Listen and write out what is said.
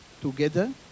together